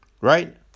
Right